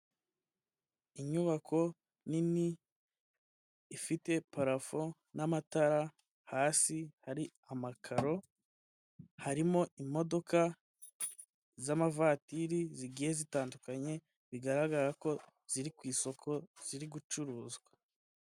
Inyubako nini ifite parafo n'amatara hasi hari amakaro harimo imodoka z'amavatiri zigiye zitandukanye bigaragara ko ziri ku isoko ziri gucuruzwa.